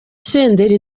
senderi